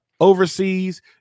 overseas